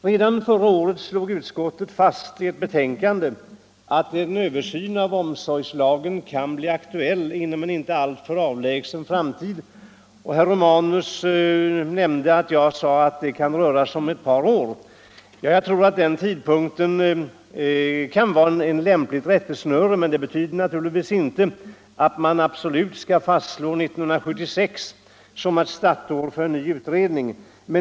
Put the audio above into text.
Redan förra året fastslog utskottet i ett betänkande att en översyn av omsorgslagen kan bli aktuell inom en inte alltför avlägsen framtid. Herr Romanus nämnde att jag hade sagt att det kunde röra sig om ett par år. Jag tror att den tidpunkten kan vara ett lämpligt rättesnöre, men det innebär inte att 1976 bör fastslås som ett startår för en ny utredning.